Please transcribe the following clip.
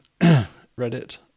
Reddit